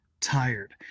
tired